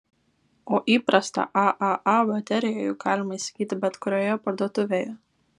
o įprastą aaa bateriją juk galima įsigyti bet kurioje parduotuvėje